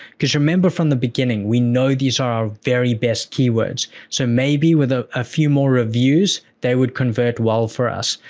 cause remember from the beginning, we know these are our very best keywords. so, maybe with a ah few more reviews, they would convert well for us.